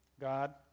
God